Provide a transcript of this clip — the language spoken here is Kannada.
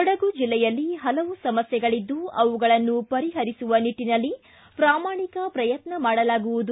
ಕೊಡಗು ಜಿಲ್ಲೆಯಲ್ಲಿ ಹಲವು ಸಮಸ್ಥೆಗಳಿದ್ದು ಅವುಗಳನ್ನು ಪರಿಪರಿಸುವ ನಿಟ್ಟನಲ್ಲಿ ಪ್ರಾಮಾಣಿಕ ಪ್ರಯತ್ನ ಮಾಡಲಾಗುವುದು